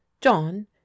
john